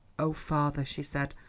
oh, father, she said,